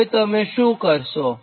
હવે તમે શું કરશો